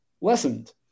lessened